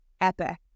epic